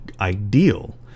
ideal